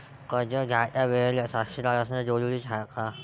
कर्ज घ्यायच्या वेळेले साक्षीदार असनं जरुरीच हाय का?